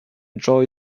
joy